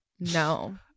No